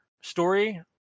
story